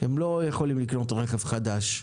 שהם לא יכולים לקנות רכב חדש.